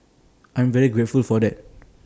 I'm very grateful for that